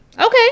okay